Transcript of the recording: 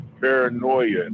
paranoia